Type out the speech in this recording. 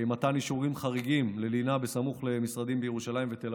מתן אישורים חריגים ללינה סמוך למשרדים בירושלים ובתל